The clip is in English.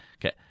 Okay